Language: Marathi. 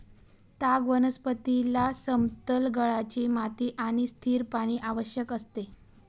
ताग वनस्पतीला समतल गाळाची माती आणि स्थिर पाणी आवश्यक असते